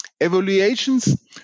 Evaluations